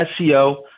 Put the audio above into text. SEO